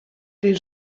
den